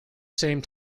same